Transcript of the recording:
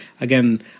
again